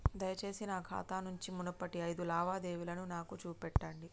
దయచేసి నా ఖాతా నుంచి మునుపటి ఐదు లావాదేవీలను నాకు చూపెట్టండి